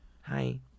Hi